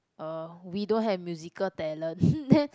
err we don't have musical talent then